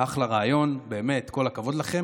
אחלה רעיון, באמת, כל הכבוד לכם.